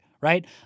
Right